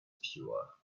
pure